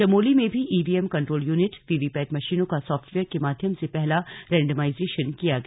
चमोली में भी EVM control unit VVPAT मशीनों का साफ्टवेयर के माध्यम से पहला रैंडमाइजेशन किया गया